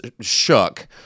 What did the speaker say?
shook